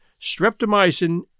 Streptomycin